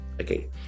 Okay